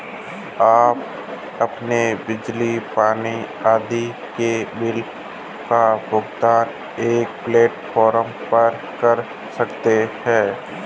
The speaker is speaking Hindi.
आप अपने बिजली, पानी आदि के बिल का भुगतान एक प्लेटफॉर्म पर कर सकते हैं